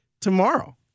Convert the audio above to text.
tomorrow